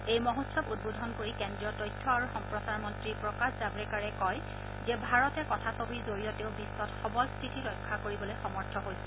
এই মহোৎসৰ উদ্বোধন কৰি কেন্দ্ৰীয় তথ্য আৰু সম্প্ৰচাৰ মন্ত্ৰী প্ৰকাশ জাল্ৰেকাড়ে কয় যে ভাৰতে কথাছবিৰ জৰিয়তেও বিশ্বত সৱল শ্বিতি ৰক্ষা কৰিবলৈ সমৰ্থ হৈছে